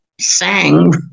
sang